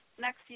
next